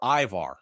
Ivar